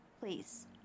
Please